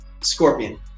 Scorpion